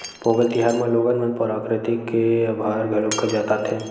पोंगल तिहार म लोगन मन प्रकरिति के अभार घलोक जताथे